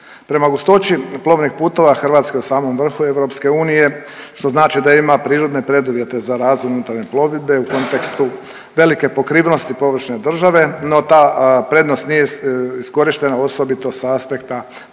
Prema gustoći plovnih putova, Hrvatska je u samom vrhu EU, što znači da ima prirodne preduvjete za razvoj unutarnje plovidbe u kontekstu velike pokrivenosti površine države, no ta prednost nije iskorištena, osobito sa aspekta prijevoza